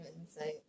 insight